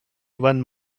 one